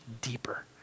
deeper